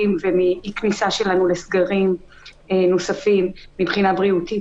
ומאי כניסה שלנו לסגרים נוספים מבחינה בריאותית,